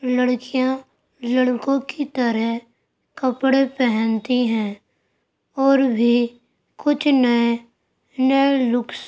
لڑکیاں لڑکوں کی طرح کپڑے پہنتی ہیں اور بھی کچھ نئے نئے لکس